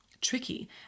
tricky